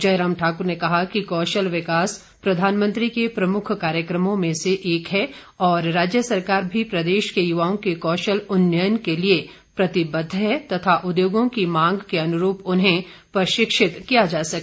जयराम ठाकुर ने कहा कि कौशल विकास प्रधानमंत्री के प्रमुख कार्यक्रमों में से एक है और राज्य सरकार भी प्रदेश के युवाओं के कौशल उन्नयन के लिए प्रतिबद्ध है ताकि उद्योगों की मांग के अनुरूप उन्हें प्रशिक्षित किया जा सके